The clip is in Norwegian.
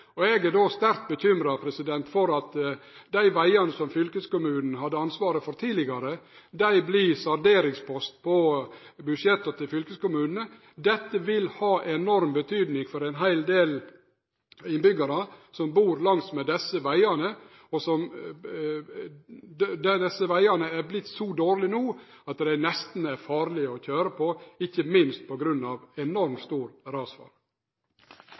er eg sterkt bekymra for at dei vegane som fylkeskommunen hadde ansvaret for tidlegare, vert salderingspost på budsjetta til fylkeskommunane. Dette vil ha ei enorm betydning for ein heil del innbyggjarar som bur langsmed desse vegane. Desse vegane har no vorte så dårlege at dei nesten er farlege å køyre på, ikkje minst på grunn av enormt stor